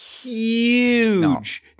huge